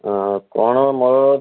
କ'ଣ ମୋର